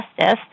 Justice